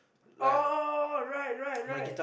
oh right right right